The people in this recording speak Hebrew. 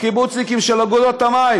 הקיבוצניקים של אגודות המים